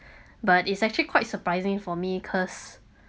but it's actually quite surprising for me cause